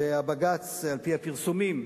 והבג"ץ, על-פי הפרסומים,